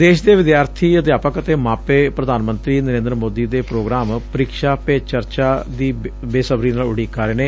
ਦੇਸ਼ ਦੇ ਵਿਦਿਆਰਥੀ ਅਧਿਆਪਕ ਅਤੇ ਮਾਪੇ ਪ੍ਰਧਾਨ ਮੰਤਰੀ ਨਰੇਂਦਰ ਮੋਦੀ ਦੇ ਪ੍ਰੋਗਰਾਮ ਪਰੀਕਸ਼ਾ ਪੇ ਚਰਚਾ ਦੀ ਬੇਸਬਰੀ ਨਾਲ ਉਡੀਕ ਕਰ ਰਹੇ ਨੇ